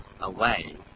away